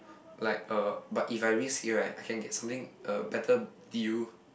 like uh but if I risk it right I can get something a better deal